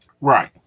Right